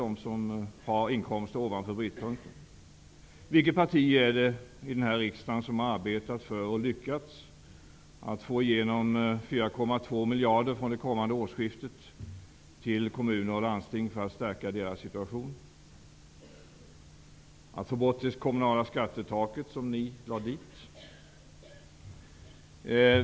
De som har inkomster ovanför brytpunkten. Vilket parti i denna riksdag är det som arbetat för och lyckats få igenom 4,2 miljarder till kommuner och landsting från det kommande årsskiftet för att stärka deras situation? Eller för att få bort det kommunala skattetaket som ni lade dit?